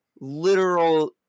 Literal